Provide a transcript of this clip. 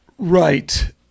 Right